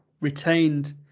retained